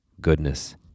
goodness